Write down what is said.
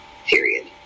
period